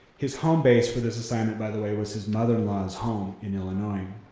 his home base for this assignment, by the way, was his mother-in-law's home in illinois.